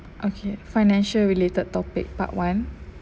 okay financial related topic part one